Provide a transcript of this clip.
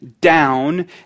down